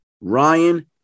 Ryan